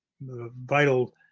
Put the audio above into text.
vital